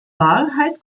wahrheit